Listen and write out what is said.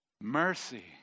mercy